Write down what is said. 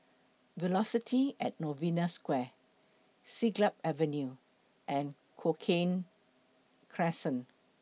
Velocity At Novena Square Siglap Avenue and Cochrane Crescent